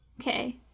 Okay